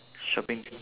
shopping